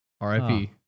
RIP